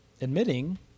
admitting